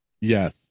Yes